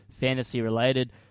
fantasy-related